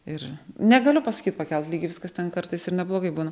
ir negaliu pasakyt pakelt lygį viskas ten kartais ir neblogai būna